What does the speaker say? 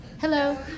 Hello